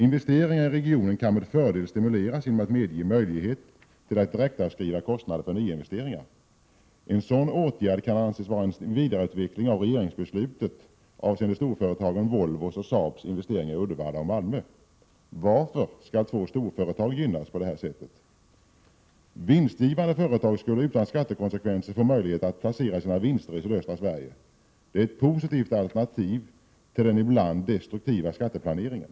Investeringar i regionen kan med fördel stimuleras genom att man medger möjlighet till direktavskrivning av kostnader för nyinvesteringar. En sådan åtgärd kan anses vara en vidareutveckling av regeringsbeslutet avseende storföretagen Volvos och Saabs investeringar i Uddevalla och Malmö. Varför skall två storföretag gynnas på detta sätt? Vinstgivande företag skulle utan skattekonsekvenser få möjlighet att placera sina vinster i sydöstra Sverige. Det är ett positivt alternativ till den ibland destruktiva skatteplaneringen.